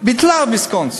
ביטלה את ויסקונסין.